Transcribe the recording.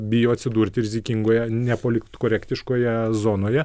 bijo atsidurti rizikingoje nepalikt korektiškoje zonoje